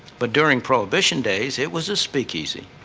but during prohibition days, it was a speakeasy.